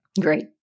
Great